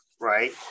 right